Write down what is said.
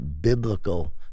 biblical